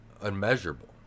unmeasurable